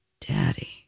daddy